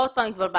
עוד פעם התבלבלתי.